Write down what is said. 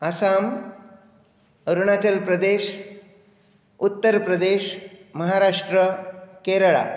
Assam Arunachal Pradesh Uttar Pradesh Maharashtra Kerala